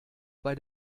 bei